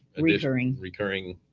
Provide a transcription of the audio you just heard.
recurring. recurring?